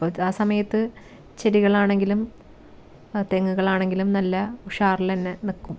അപ്പോഴത്തെ ആ സമയത്ത് ചെടികളാണെങ്കിലും തെങ്ങുകളാണെങ്കിലും നല്ല ഉഷാറിൽ തന്നെ നിൽക്കും